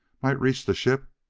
might reach the ship.